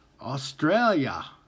Australia